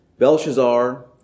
Belshazzar